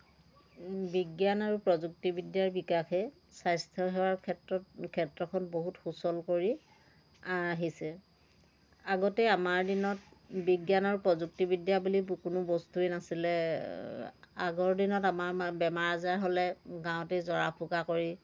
বিজ্ঞান আৰু প্ৰযুক্তিবিদ্যাৰ বিকাশে স্বাস্থ্যসেৱাৰ ক্ষেত্ৰত ক্ষেত্ৰখন বহুত সুচল কৰি আহিছে আগতে আমাৰ দিনত বিজ্ঞান আৰু প্ৰযুক্তিবিদ্যা বুলি কোনো বস্তুৱেই নাছিলে আগৰ দিনত আমাৰ ম বেমাৰ আজাৰ হ'লে গাঁৱতে জৰা ফুকা কৰি